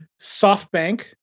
SoftBank